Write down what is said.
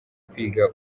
kwiga